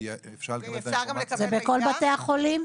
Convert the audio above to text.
זה בכל בתי החולים?